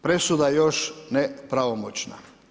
Presuda još ne pravomoćna.